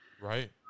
Right